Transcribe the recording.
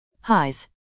highs